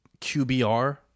QBR